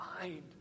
mind